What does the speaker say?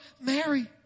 Mary